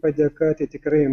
padėka tai tikrai